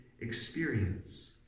experience